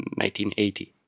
1980